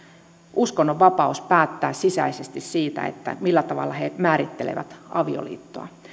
uskonnonvapaus päättää sisäisesti siitä millä tavalla he määrittelevät avioliittoa